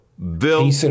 Bill